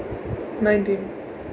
nineteen